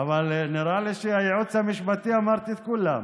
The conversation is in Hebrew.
נראה לי שהייעוץ המשפטי, אמרתי את כולם.